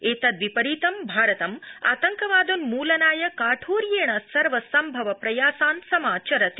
एतदविपरीतं आतंकवादोन्मूलनाय काठोर्येण सर्वसम्भव प्रयासान् समाचरित